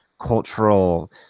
cultural